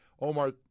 Omar